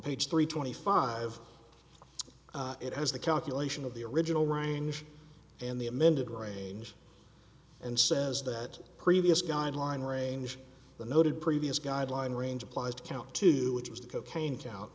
page three twenty five it has the calculation of the original range and the amended range and says that previous guideline range the noted previous guideline range applies to count to which was the cocaine count